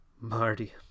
Marty